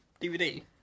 DVD